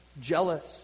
jealous